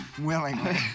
willingly